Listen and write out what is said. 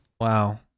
wow